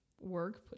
work